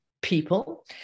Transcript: people